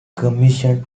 commissioned